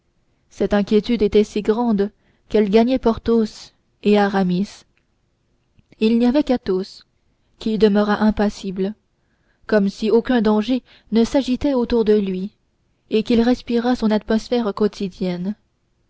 cette inquiétude était si grande qu'elle gagnait porthos et aramis il n'y avait qu'athos qui demeurât impassible comme si aucun danger ne s'agitait autour de lui et qu'il respirât son atmosphère quotidienne